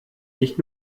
nicht